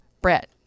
brett